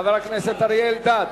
חבר הכנסת אריה אלדד,